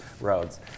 roads